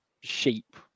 sheep